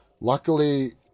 Luckily